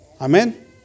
Amen